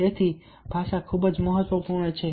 તેથી ભાષા ખૂબ જ મહત્વપૂર્ણ છે